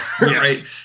right